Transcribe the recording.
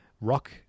Rock